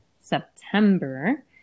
September